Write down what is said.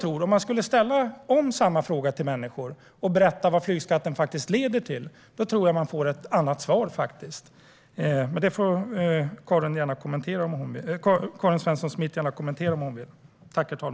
Om man skulle ställa om samma fråga till människor och berätta vad flygskatten faktiskt leder till tror jag att man får ett annat svar. Karin Svensson Smith får gärna kommentera det, om hon vill.